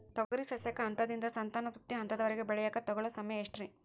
ತೊಗರಿ ಸಸ್ಯಕ ಹಂತದಿಂದ, ಸಂತಾನೋತ್ಪತ್ತಿ ಹಂತದವರೆಗ ಬೆಳೆಯಾಕ ತಗೊಳ್ಳೋ ಸಮಯ ಎಷ್ಟರೇ?